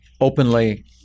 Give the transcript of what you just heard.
openly